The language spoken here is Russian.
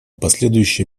последующие